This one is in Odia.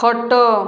ଖଟ